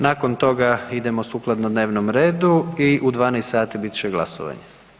Nakon toga idemo sukladno dnevnom redu i u 12 sati bit će glasovanje.